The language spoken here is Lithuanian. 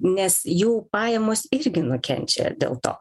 nes jų pajamos irgi nukenčia dėl to